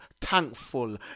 thankful